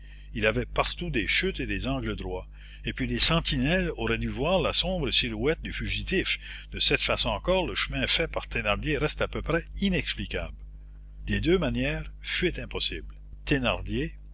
il avait partout des chutes et des angles droits et puis les sentinelles auraient dû voir la sombre silhouette du fugitif de cette façon encore le chemin fait par thénardier reste à peu près inexplicable des deux manières fuite impossible thénardier